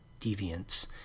deviance